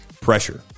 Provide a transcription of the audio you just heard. pressure